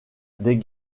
des